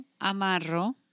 amarro